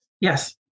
Yes